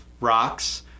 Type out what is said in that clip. rocks